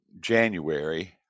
January